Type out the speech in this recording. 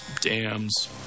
dams